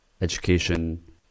education